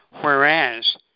Whereas